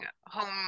home